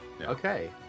okay